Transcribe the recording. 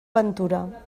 ventura